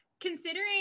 considering